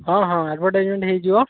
ହଁ ହଁ ଆଡ଼ଭାଟାଇଜମେଣ୍ଟ ହୋଇଯିବ